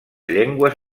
llengües